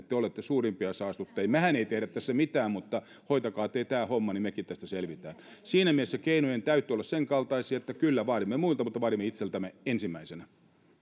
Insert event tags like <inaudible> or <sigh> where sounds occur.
<unintelligible> te olette suurimpia saastuttajia mehän ei tehdä tässä mitään mutta hoitakaa te tämä homma niin mekin tästä selviämme siinä mielessä keinojen täytyy olla sen kaltaisia että kyllä vaadimme muilta mutta vaadimme itseltämme ensimmäisenä